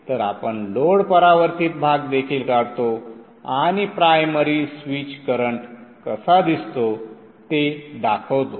तर आपण लोड परावर्तित भाग देखील काढतो आणि प्रायमरी स्विच करंट कसा दिसतो ते दाखवतो